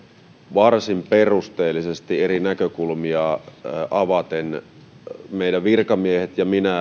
varsin perusteellisesti eri näkökulmia avaten meidän virkamiehemme ja minä